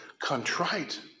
contrite